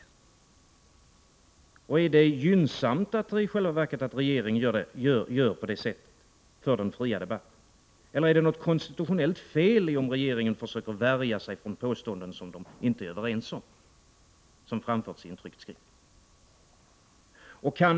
Är det i själva verket gynnsamt för den fria debatten att regeringen gör på det sättet? Eller är det något konstitutionellt fel i om regeringen försöker värja sig för påståenden som framförts i en tryckt skrift och som den inte instämmer i?